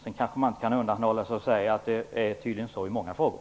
Sedan kan jag kanske inte avhålla mig från att säga att det tydligen är så i många frågor.